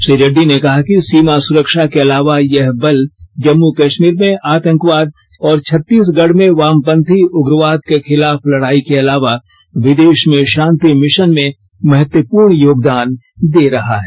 श्री रेड्डी ने कहा कि सीमा सुरक्षा के अलावा यह बल जम्मू कश्मीर में आतंकवाद और छत्तीसगढ़ में वामपंथी उग्रवाद के खिलाफ लड़ाई के अलावा विदेश में शांति मिशन में महत्वपूर्ण योगदान दे रहा है